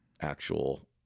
actual